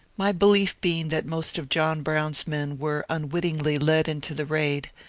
my belief being that most of john brown's men were unwittingly led into the raid,